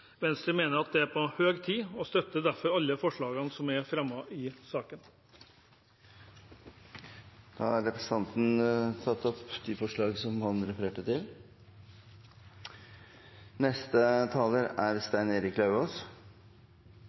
Venstre mener det er på høy tid, og jeg fremmer derfor tre forslag i saken. Representanten André N. Skjelstad har tatt opp de forslagene han refererte til.